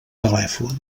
telèfon